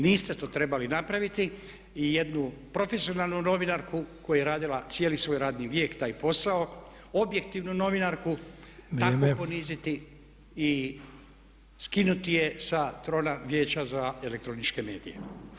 Niste to trebali napraviti i jednu profesionalnu novinarku koja je radila cijeli svoj radni vijek taj posao, objektivnu novinarku poniziti i skinuti je sa trona Vijeća za elektroničke medije.